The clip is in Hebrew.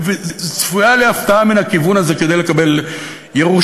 וצפויה לי הפתעה מן הכיוון הזה של לקבל ירושה,